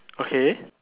okay